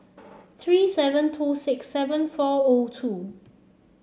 three seven two six seven four O two